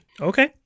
Okay